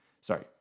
sorry